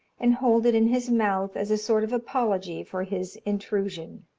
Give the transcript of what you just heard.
and hold it in his mouth as a sort of apology for his intrusion.